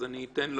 אז אני אתן לו.